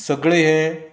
सगळें हे